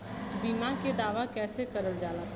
बीमा के दावा कैसे करल जाला?